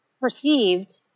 perceived